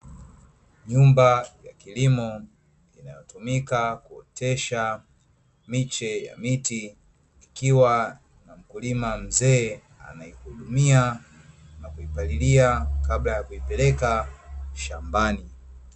Nyumba ya kilimo inayotumika kuotesha miche ya miti, ikiwa na mkulima mzee ameihudumia na kuipalilia kabla ya kuipeleka shambani.